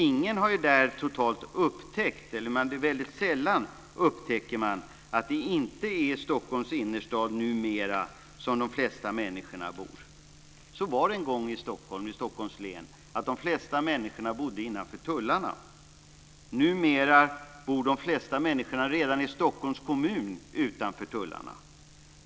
Sällan upptäcker man att det numera inte är i Stockholms innerstad som de flesta människor bor. Så var det en gång i Stockholms län: De flesta människor bodde innanför tullarna. Numera bor de flesta människor redan i Stockholms kommun utanför tullarna.